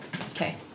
Okay